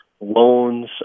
loans